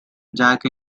jake